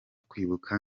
kwibuka